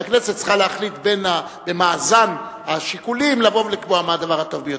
והכנסת צריכה להחליט במאזן השיקולים לבוא ולקבוע מהו הדבר הטוב ביותר.